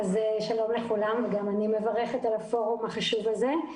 שלום לכולם, וגם אני מברכת על הפורום החשוב הזה.